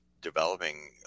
developing